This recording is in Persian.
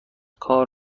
کار